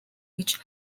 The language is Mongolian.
гэж